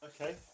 Okay